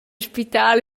spital